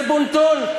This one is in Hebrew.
זה בון-טון.